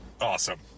Awesome